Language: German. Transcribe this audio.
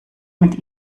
mit